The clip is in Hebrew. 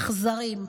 אכזריים,